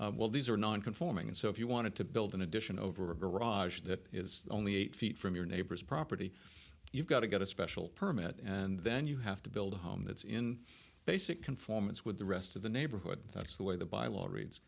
sideline well these are non conforming and so if you wanted to build an addition over a garage that is only eight feet from your neighbor's property you've got to get a special permit and then you have to build a home that's in basic conformance with the rest of the neighborhood that's the way the by law reads